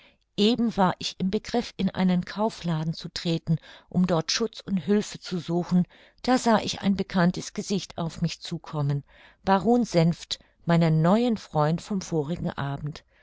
eben war ich im begriff in einen kaufladen zu treten um dort schutz und hülfe zu suchen da sah ich ein bekanntes gesicht auf mich zukommen baron senft meinen neuen freund vom vorigen abend